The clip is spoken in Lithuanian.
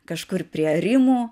kažkur prie arimų